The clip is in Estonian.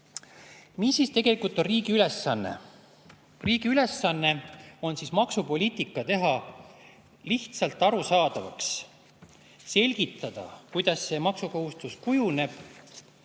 Mis siis tegelikult on riigi ülesanne? Riigi ülesanne on teha maksupoliitika lihtsalt arusaadavaks, selgitada, kuidas maksukohustus kujuneb,